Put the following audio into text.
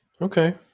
Okay